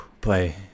play